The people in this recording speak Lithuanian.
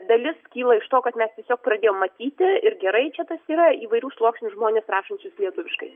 dalis kyla iš to kad mes tiesiog pradėjom matyti ir gerai čia tas yra įvairių sluoksnių žmones rašančius lietuviškai